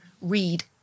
read